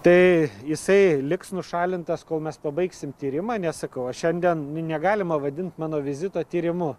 tai jisai liks nušalintas kol mes pabaigsim tyrimą nes sakau o šiandien nu negalima vadint mano vizito tyrimu